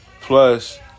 plus